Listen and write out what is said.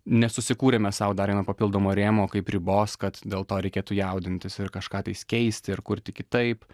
nesusikūrėme sau dar vieno papildomo rėmo kaip ribos kad dėl to reikėtų jaudintis ir kažką tais keisti ir kurti kitaip